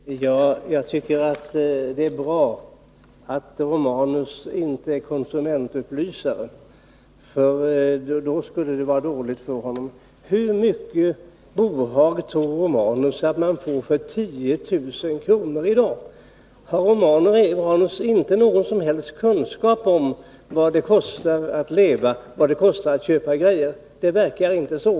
Herr talman! Jag tycker det är bra att Gabriel Romanus inte är konsumentupplysare, för då skulle det vara illa för honom. Hur mycket bohag tror Gabriel Romanus att man får för 10 000 kr. i dag? Har han inte någon som helst kunskap om vad det kostar att leva, vad det kostar att köpa saker? Det verkar inte så.